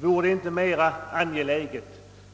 Vore det inte mer angeläget